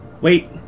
Wait